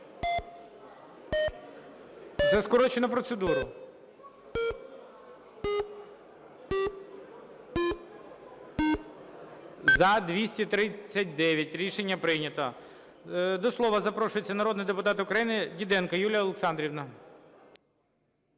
За скорочену процедуру. 14:47:24 За-239 Рішення прийнято. До слова запрошується народний депутат України Діденко Юлія Олександрівна.